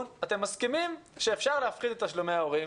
אתם מסכימים שאפשר להפחית את תשלומי ההורים.